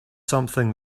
something